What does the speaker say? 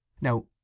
Now